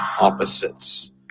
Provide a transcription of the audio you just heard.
opposites